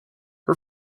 her